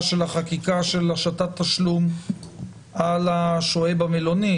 של החקיקה של השתת תשלום על השוהה במלונית.